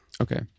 Okay